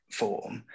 form